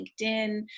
LinkedIn